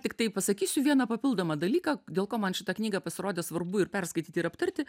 tiktai pasakysiu vieną papildomą dalyką dėl ko man šitą knygą pasirodė svarbu ir perskaityti ir aptarti